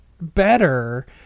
better